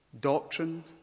Doctrine